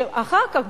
ואחר כך,